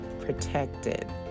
protected